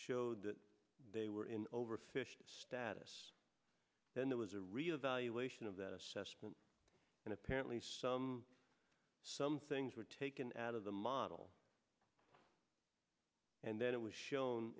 showed that they were in over fish status then there was a real evaluation of that assessment and apparently some some things were taken at of the model and then it was shown